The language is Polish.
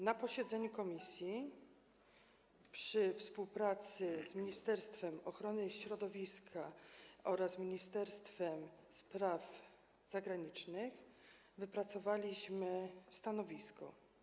Na posiedzeniu komisji przy współpracy z Ministerstwem Środowiska oraz Ministerstwem Spraw Zagranicznych wypracowaliśmy stanowisko.